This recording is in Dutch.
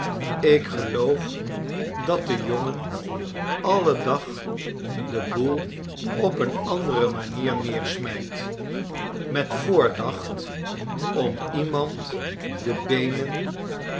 ik geloof dat de jongen alle dag den boel op eene andere manier neersmijt met voordacht om iemand de beenen